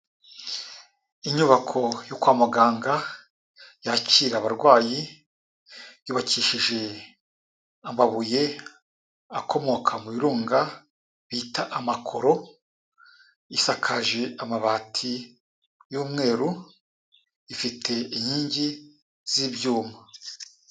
Inyubako yo kwa muganga yakira abarwayi, yubakishije amabuye akomoka mu birunga bita amakoro, isakaje amabati y'umweru, ifite inkingi z'ibyuma.